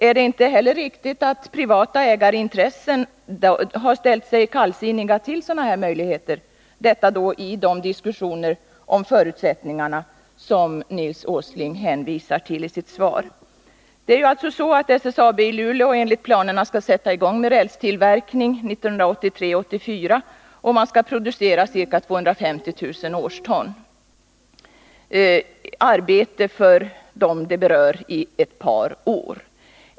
Är det inte heller riktigt att privata ägarintressen har ställt sig kallsinniga till sådana möjligheter vid de diskussioner om förutsättningarna som Nils Åsling hänvisar till i sitt svar? Det är alltså så att SSAB i Luleå enligt planerna skall sätta i gång med rälstillverkning 1983-1984 och producera ca 250 000 årston, motsvarande arbete för dem det berör i ett par år.